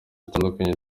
zitandukanye